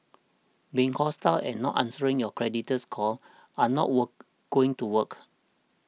being hostile and not answering your creditor's call are not work going to work